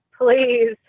please